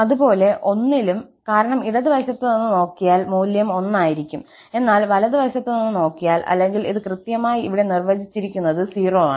അതുപോലെ 1 ലും കാരണം ഇടത് വശത്ത് നിന്ന് നോക്കിയാൽ മൂല്യം 1 ആയിരിക്കും എന്നാൽ വലതുവശത്ത് നിന്ന് നോക്കിയാൽ അല്ലെങ്കിൽ ഇത് കൃത്യമായി ഇവിടെ നിർവചിച്ചിരിക്കുന്നത് 0 ആണ്